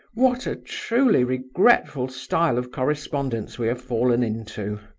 what a truly regretful style of correspondence we have fallen into!